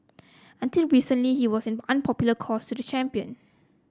until recently he was an unpopular cause to the champion